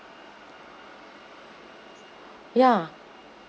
ya